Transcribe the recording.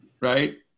Right